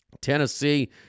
tennessee